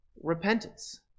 repentance